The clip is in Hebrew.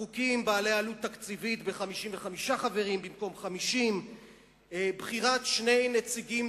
חוקים בעלי עלות תקציבית ב-55 חברים במקום 50. בחירת שני נציגים